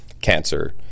cancer